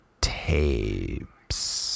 Tapes